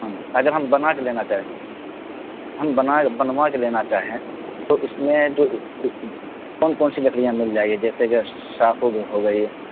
ہاں اگر ہم بنا کے لینا چاہیں ہم بنا کے بنوا کے لینا چاہیں تو اس میں جو کون کون سی لکڑیاں مل جائیں گی جیسے کہ شاخو کے ہو گئی